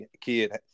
kid